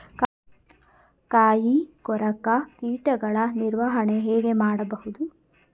ಕಾಯಿ ಕೊರಕ ಕೀಟಗಳ ನಿರ್ವಹಣೆ ಹೇಗೆ ಮಾಡಬಹುದು?